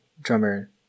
drummer